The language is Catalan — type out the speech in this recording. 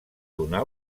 donar